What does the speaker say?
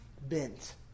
bent